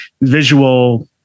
visual